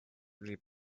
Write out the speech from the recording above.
really